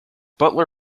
butler